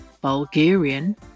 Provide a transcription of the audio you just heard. Bulgarian